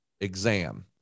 exam